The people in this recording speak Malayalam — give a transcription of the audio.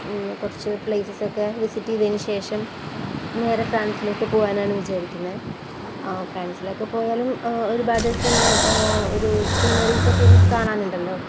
കുറച്ച് പ്ലേസസൊക്കെ വിസിറ്റ് ചെയ്തതിനുശേഷം നേരെ ഫ്രാൻസിലോട്ട് പോവാനാണ് വിചാരിക്കുന്നത് ഫ്രാൻസിലൊക്കെ പോയാലും ഒരുപാട് ഒരു സീനറീസൊക്കെ ഞങ്ങള്ക്കു കാണാനുണ്ടല്ലോ